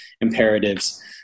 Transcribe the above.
imperatives